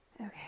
Okay